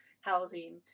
housing